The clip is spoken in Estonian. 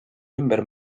ümber